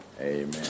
Amen